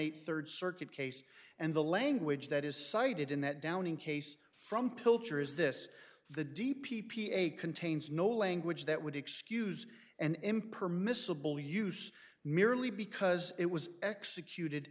eight third circuit case and the language that is cited in that downing case from pilcher is this the d p p a contains no language that would excuse an m permissible use merely because it was executed